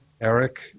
Eric